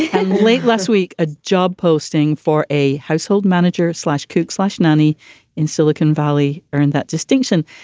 and late last week, a job posting for a household manager slash cook slash nanny in silicon valley earned that distinction.